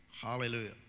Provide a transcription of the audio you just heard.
Hallelujah